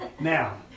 now